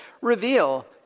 reveal